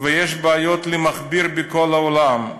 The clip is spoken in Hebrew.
ויש בעיות למכביר בכל העולם.